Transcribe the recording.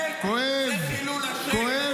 אתה לא יודע מה זה חינוך טהור.